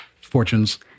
fortunes